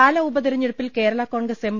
പാലാ ഉപതെരഞ്ഞെടുപ്പിൽ Kerala Congress M